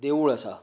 देवूळ आसा